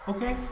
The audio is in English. Okay